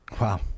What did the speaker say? Wow